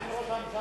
מה עם ראש הממשלה?